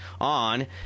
on